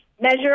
Measure